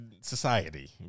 Society